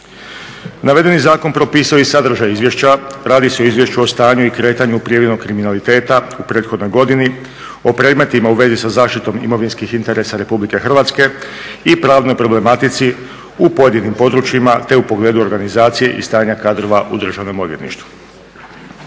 Navedeni Zakon propisao je i sadržaj izvješća, radi se o izvješću o stanju i kretanju prijavljenog kriminaliteta u prethodnoj godini, o predmetima u svezi sa zaštitom imovinskih interesa Republike Hrvatske i pravnoj problematici u pojedinim područjima te u pogledu organizacije i stanja kadrova u Državnom odvjetništvu.